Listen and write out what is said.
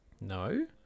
No